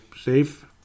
safe